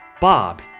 Bob